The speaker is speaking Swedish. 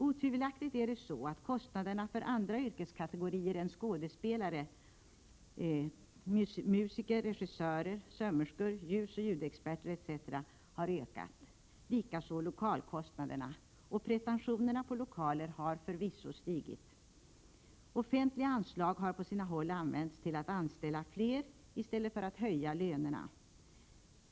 Otvivelaktigt är det så att kostnaderna för andra yrkeskategorier än skådespelare, musiker, regissörer, sömmerskor, ljudoch ljusexperter etc. har ökat, liksom lokalkostnaderna — och pretentionerna på lokaler har förvisso stigit. Offentliga anslag har på sina håll använts till att anställa fler i stället för att höja lönerna.